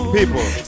People